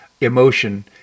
emotion